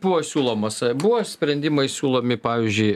buvo siūlomas buvo sprendimai siūlomi pavyzdžiui